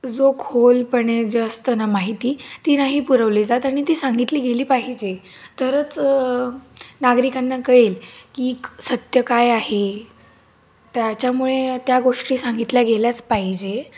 जो खोलपणे जे असतं ना माहिती ती नाही पुरवली जात आणि ती सांगितली गेली पाहिजे तरच नागरिकांना कळेल की सत्य काय आहे त्याच्यामुळे त्या गोष्टी सांगितल्या गेल्याच पाहिजे